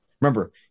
Remember